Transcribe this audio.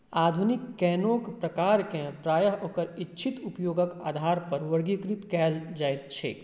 आधुनिक कैनोक प्रकारकेँ प्रायः ओकर इच्छित उपयोगक आधारपर वर्गीकृत कयल जाइत छैक